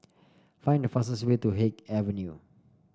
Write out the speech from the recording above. find the fastest way to Haig Avenue